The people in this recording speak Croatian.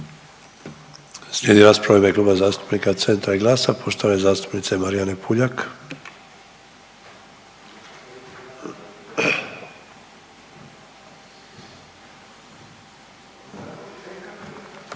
Slijedi rasprava u ime Kluba zastupnika Centra i GLAS-a poštovane zastupnice Marijane Puljak.